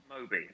Moby